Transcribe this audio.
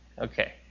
Okay